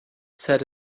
said